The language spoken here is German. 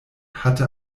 hatte